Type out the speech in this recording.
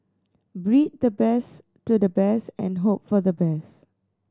breed the best to the best and hope for the best